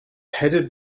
headed